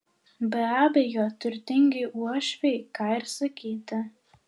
be abejo turtingi uošviai ką ir sakyti